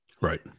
Right